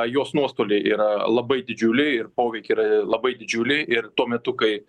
jos nuostoliai yra labai didžiuliai ir poveikiai yra labai didžiuliai ir tuo metu kai